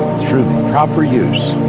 through the proper use